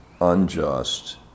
unjust